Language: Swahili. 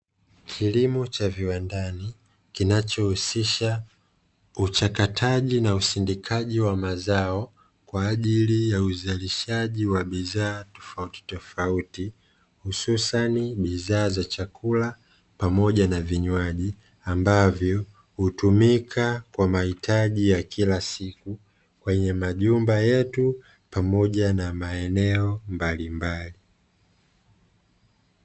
Kilimo cha viwandani kinachohusisha uchakataji na usindikaji wa mazao, kwa ajili ya uzalishaji wa bidhaa tofautitofauti, hususani bidhaa za chakula pamoja na vinywaji ambavyo hutumika kwa mahitaji ya kila siku, kwenye majumba yetu pamoja na maeneo mbalimbali.